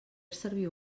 servir